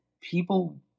people